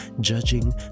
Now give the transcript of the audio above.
judging